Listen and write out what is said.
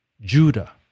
Judah